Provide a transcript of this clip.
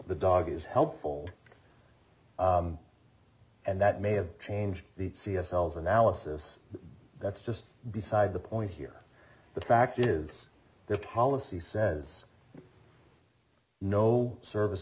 the dog is helpful and that may have changed the c s l's analysis that's just beside the point here the fact is their policy says no service